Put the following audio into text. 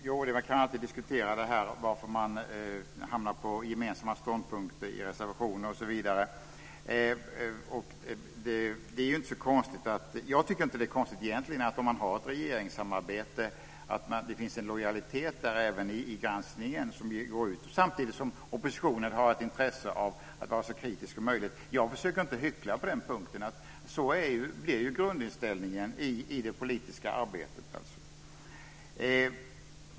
Fru talman! Man kan alltid diskutera varför man hamnar på gemensamma ståndpunkter i reservationer osv. Jag tycker egentligen inte att det är så konstigt att det i ett regeringssamarbete finns en lojalitet även vad gäller granskningen, samtidigt som oppositionen har ett intresse av att vara så kritisk som möjligt. Jag försöker inte hyckla på den punkten, för så blir ju grundinställningen i det politiska arbetet.